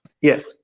yes